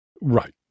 Right